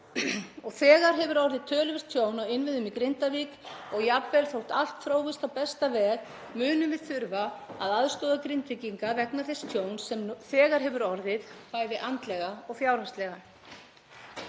Þegar hefur orðið töluvert tjón á innviðum í Grindavík og jafnvel þótt allt þróist á besta veg munum við þurfa að aðstoða Grindvíkinga vegna þess tjóns sem þegar hefur orðið, bæði andlega og fjárhagslega.